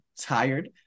tired